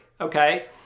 Okay